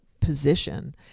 position